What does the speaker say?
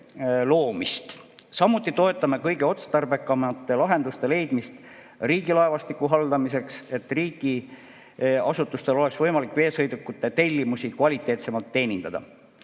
Samuti toetame kõige otstarbekamate lahenduste leidmist riigilaevastiku haldamiseks, et riigiasutustel oleks võimalik veesõidukite tellimusi kvaliteetsemalt teenindada.